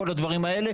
כל הדברים האלה,